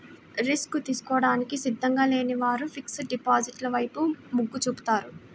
risk తీసుకోవడానికి సిద్ధంగా లేని వారు ఫిక్స్డ్ డిపాజిట్ల వైపు మొగ్గు చూపుతున్నారు